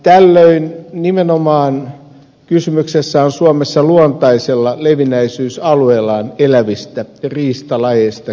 tällöin nimenomaan kysymys on suomessa luontaisella levinnäisyysalueellaan elävistä riistalajeista